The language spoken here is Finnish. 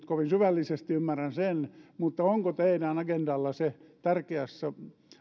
kovin syvällisesti ymmärrän sen mutta onko teidän agendallanne tärkeässä